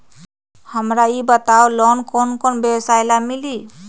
हमरा ई बताऊ लोन कौन कौन व्यवसाय ला मिली?